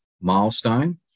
milestone